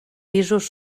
pisos